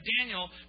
Daniel